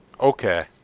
Okay